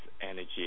energy